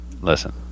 listen